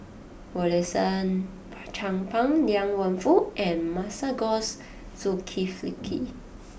Rosaline Chan Pang Liang Wenfu and Masagos Zulkifli